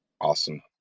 awesome